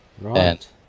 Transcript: Right